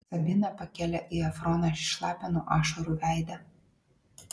sabina pakėlė į efroną šlapią nuo ašarų veidą